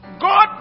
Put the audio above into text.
god